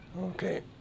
Okay